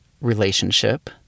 relationship